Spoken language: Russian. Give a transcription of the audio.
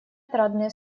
отрадные